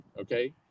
okay